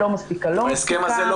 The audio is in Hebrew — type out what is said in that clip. לא מספיקה לא מספיקה --- בהסכם הזה לא